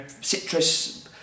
citrus